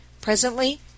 Presently